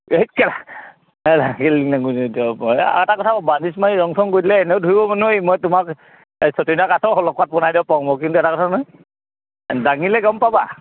height কেলা আৰু এটা কথা আকৌ বাৰ্ণিছ মাৰি ৰং ছং কৰি দিলে এনেও ধৰিব নোৱাৰি মই তোমাক চতিয়না কাঠৰ শলখপাত বনাই দিব পাওঁ মই কিন্তু এটা কথা নহয় দাঙিলে গম পাবা